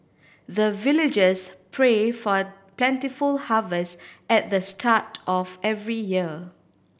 the villagers pray for plentiful harvest at the start of every year